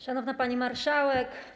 Szanowna Pani Marszałek!